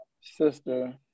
sister